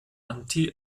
anti